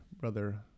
brother